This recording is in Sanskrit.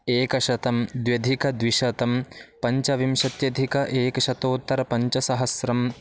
एकशतं द्व्यधिकद्विशतं पञ्चविंशत्यधिक एकशतोत्तरपञ्चसहस्रम्